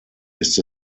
ist